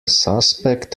suspect